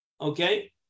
Okay